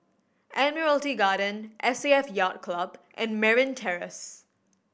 Admiralty Garden S A F Yacht Club and Merryn Terrace